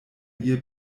ihr